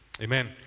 amen